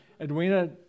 Edwina